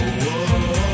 whoa